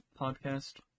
podcast